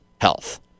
health